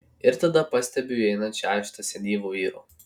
ir tada pastebiu įeinant šešetą senyvų vyrų